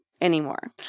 anymore